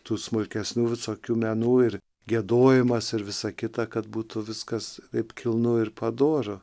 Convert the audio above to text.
tų smulkesnių visokių menų ir giedojimas ir visa kita kad būtų viskas taip kilnu ir padoru